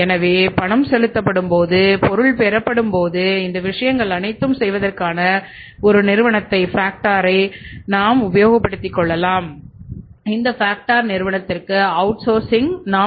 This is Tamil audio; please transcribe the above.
எனவே பணம் செலுத்தப்படும்போது பொருள் பெறப்படும்போது இந்த விஷயங்கள் அனைத்தும் செய்வதற்கான ஒரு நிறுவனத்தை ஃபேக்டர் செய்கிறோம்